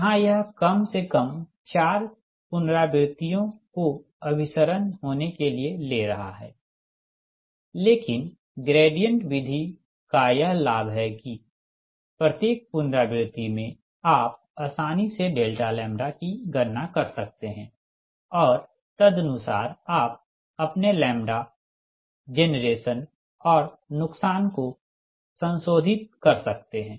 यहाँ यह कम से कम चार पुनरावृति यों को अभिसरण होने के लिए ले रहा है लेकिन ग्रेडिएंट विधि का यह लाभ है कि प्रत्येक पुनरावृति में आप आसानी से डेल्टा लैम्ब्डा की गणना कर सकते हैं और तदनुसार आप अपने लैम्बडा जेनरेशन और नुकसान को संशोधित कर सकते हैं